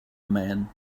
man